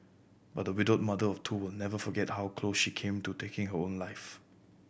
but the widowed mother of two will never forget how close she came to taking her own life